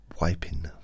wiping